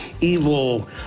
evil